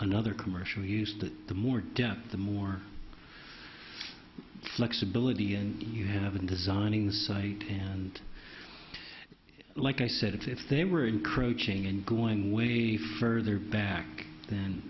another commercial use that the more depth the more flexibility and you have a designing site and like i said if they were encroaching and going with a further back then